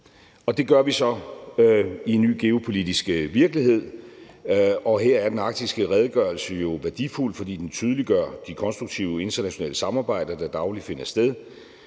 Det gør vi så i en ny geopolitisk virkelighed, og her er den arktiske redegørelse jo værdifuld, fordi den tydeliggør de konstruktive internationale samarbejder, der dagligt finder sted.